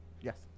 yes